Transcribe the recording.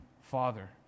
Father